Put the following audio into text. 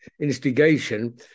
instigation